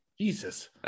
Jesus